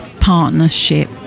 partnership